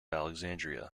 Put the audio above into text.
alexandria